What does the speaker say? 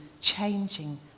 changing